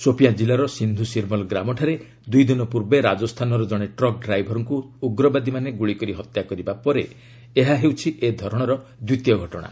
ସୋପିଆଁ କିଲ୍ଲାର ସିନ୍ଧୁ ଶିରମଲ ଗ୍ରାମଠାରେ ଦୁଇ ଦିନ ପୂର୍ବେ ରାଜସ୍ଥାନର ଜଣେ ଟ୍ରକ୍ ଡ୍ରାଇଭରଙ୍କୁ ଉଗ୍ରବାଦୀମାନେ ଗୁଳିକରି ହତ୍ୟା କରିବା ପରେ ଏହା ହେଉଛି ଏ ଧରଣର ଦ୍ୱିତୀୟ ଘଟଣା